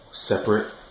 Separate